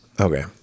Okay